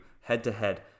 head-to-head